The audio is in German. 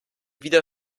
wieder